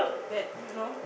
that you know